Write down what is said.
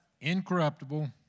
incorruptible